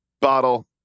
bottle